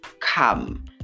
come